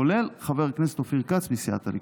כולל חבר הכנסת אופיר כץ מסיעת הליכוד.